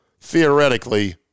theoretically